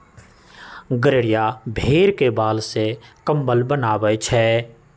गड़ेरिया भेड़ के बाल से कम्बल बनबई छई